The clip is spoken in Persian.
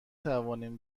توانیم